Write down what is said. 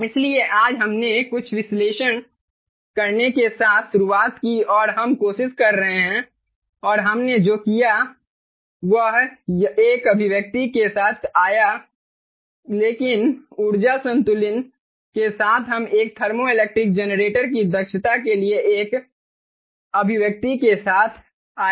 इसलिए आज हमने कुछ विश्लेषण करने के साथ शुरुआत की और हम कोशिश कर रहे हैं और हमने जो किया वह एक अभिव्यक्ति के साथ आया लेकिन ऊर्जा संतुलन के साथ हम एक थर्मोइलेक्ट्रिक जनरेटर की दक्षता के लिए एक अभिव्यक्ति के साथ आए